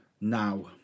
now